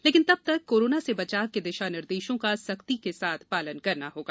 लेकिन तब तक कोरोना से बचाव के दिशानिर्देशों का सख्ती के साथ पालन करना होगा